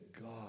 God